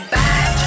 back